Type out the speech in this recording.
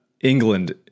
England